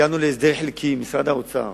הגענו להסדר חלקי עם משרד האוצר